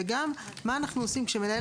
זה בוצע,